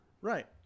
Right